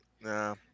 Nah